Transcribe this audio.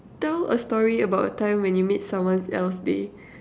tell a story about a time when you made someone else day